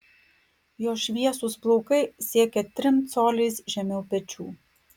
jo šviesūs plaukai siekia trim coliais žemiau pečių